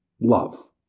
love